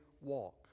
walk